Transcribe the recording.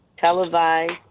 televised